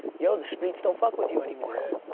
yo, the streets don't fuck with you anymore. yeah.